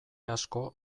asko